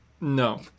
No